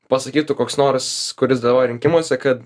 pasakytų koks nors kuris dalyvauja rinkimuose kad